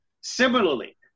Similarly